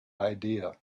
idea